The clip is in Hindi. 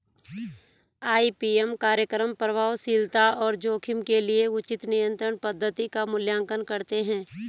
आई.पी.एम कार्यक्रम प्रभावशीलता और जोखिम के लिए उचित नियंत्रण पद्धति का मूल्यांकन करते हैं